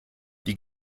die